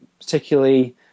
particularly